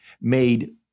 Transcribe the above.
made